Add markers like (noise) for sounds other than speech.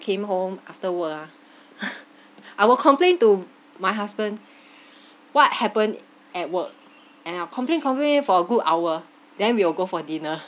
came home after work ah (laughs) I will complain to my husband (breath) what happened at work and I complain complain for a good hour then we will go for dinner